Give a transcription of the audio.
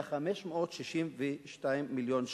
היה 562 מיליון שקל,